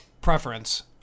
preference